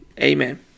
Amen